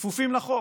כפופים לחוק.